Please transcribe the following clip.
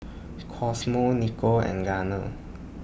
Cosmo Nico and Garner